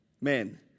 men